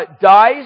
dies